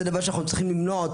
זהו דבר שאנחנו צריכים למנוע.